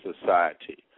society